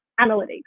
analytics